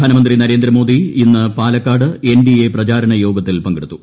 പ്രധാനമന്ത്രി നരേന്ദ്രമോദി ഇന്ന് പാലക്കാട് എൻഡിഎ പ്രചാരണ യോഗത്തിൽ പങ്കെടുത്തു